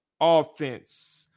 offense